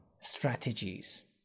strategies